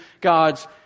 God's